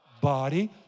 Body